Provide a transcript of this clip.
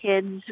kids